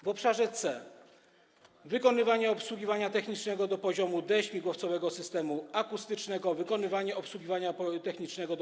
W obszarze C: wykonywanie obsługiwania technicznego do poziomu D śmigłowcowego systemu akustycznego, wykonywanie obsługiwania technicznego do